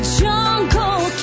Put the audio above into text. jungle